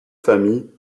famille